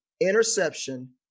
interception